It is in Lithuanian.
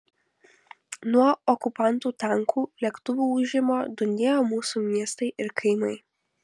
nuo okupantų tankų lėktuvų ūžimo dundėjo mūsų miestai ir kaimai